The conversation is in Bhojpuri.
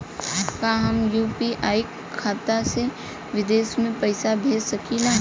का हम यू.पी.आई खाता से विदेश में पइसा भेज सकिला?